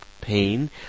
pain